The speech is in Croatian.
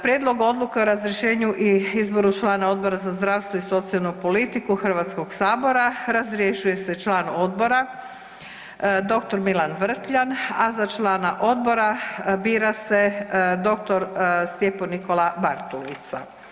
Prijedlog odluke o razrješenju i izboru člana Odbora za zdravstvo i socijalnu politiku Hrvatskog sabora, razrješuje se član odbora dr. Milan Vrkljan a za člana odbora bira se dr. Stephen Nikola Bartulica.